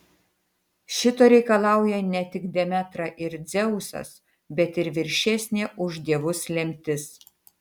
šito reikalauja ne tik demetra ir dzeusas bet ir viršesnė už dievus lemtis